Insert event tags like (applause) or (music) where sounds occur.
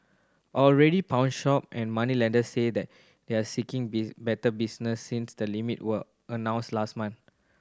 already pawnshop and moneylenders say that they are seeking (unintelligible) better business since the limits were announced last month